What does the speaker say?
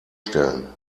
stellen